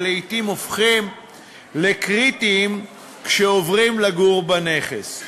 שלעתים הופכים לקריטיים כשעוברים לגור בנכס.